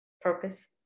purpose